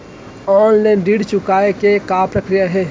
Online ऋण चुकोय के का प्रक्रिया हे?